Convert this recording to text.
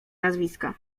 nazwiska